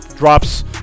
Drops